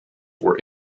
were